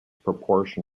proportion